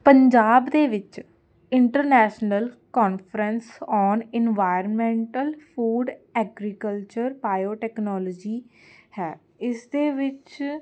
ਪੰਜਾਬ ਦੇ ਵਿੱਚ international conference on environmental food agriculture biotechnology ਹੈ ਇਸ ਦੇ ਵਿੱਚ